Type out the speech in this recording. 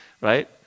right